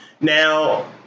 Now